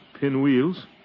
pinwheels